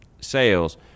sales